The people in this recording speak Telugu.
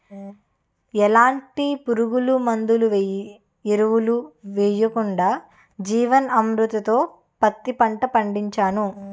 ఎలాంటి పురుగుమందులు, ఎరువులు యెయ్యకుండా జీవన్ అమృత్ తో పత్తి పంట పండించాను